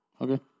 Okay